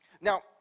now